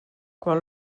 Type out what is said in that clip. quan